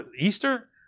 Easter